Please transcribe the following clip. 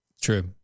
true